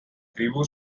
tribu